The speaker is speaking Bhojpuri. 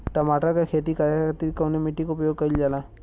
टमाटर क खेती खातिर कवने मिट्टी के उपयोग कइलजाला?